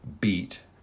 beat